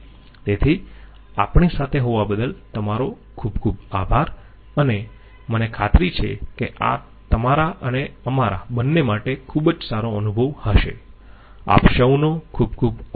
તેથી આપણી સાથે હોવા બદલ તમારો ખુબ ખુબ આભાર અને મને ખાતરી છે કે આ તમારા અને અમારા બંને માટે ખૂબ જ સારો અનુભવ હશે આપસૌનો ખુબ ખુબ આભાર